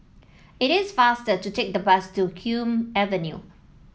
it is faster to take the bus to Hume Avenue